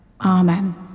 Amen